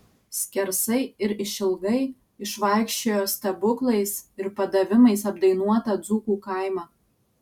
skersai ir išilgai išvaikščiojo stebuklais ir padavimais apdainuotą dzūkų kaimą